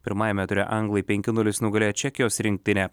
pirmajame ture anglai penki nulis nugalėjo čekijos rinktinę